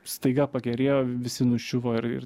staiga pakerėjo visi nuščiuvo ir ir